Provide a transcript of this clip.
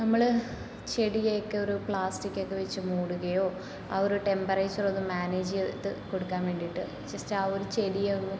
നമ്മൾ ചെടിയൊക്കെ ഒരു പ്ലാസ്റ്റിക്കൊക്കെ വെച്ച് മൂടുകയോ ആ ഒരു ടെംപറേച്ചർ ഒന്ന് മാനേജ് ചെയ്ത് കൊടുക്കാൻ വേണ്ടീട്ട് ജസ്റ്റ് ആ ഒരു ചെടിയെ ഒന്ന്